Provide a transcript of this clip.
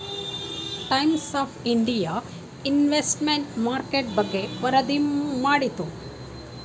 times of India investment market ಬಗ್ಗೆ ವರದಿ ಮಾಡಿತು